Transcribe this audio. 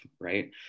right